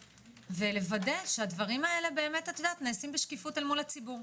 ולוודא שהדברים האלה נעשים בשקיפות מול הציבור.